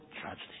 tragedy